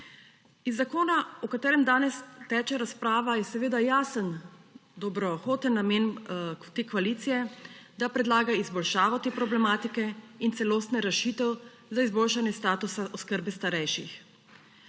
Iz zakona, o katerem danes teče razprava, je seveda jasen dobrohoten namen te koalicije, da predlaga izboljšavo te problematike in celostno rešitev za izboljšanje statusa oskrbe starejših.